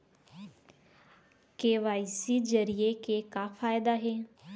KYC जरिए के का फायदा हे?